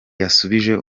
yasubije